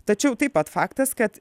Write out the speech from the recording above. tačiau taip pat faktas kad